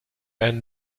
and